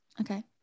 okay